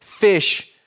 fish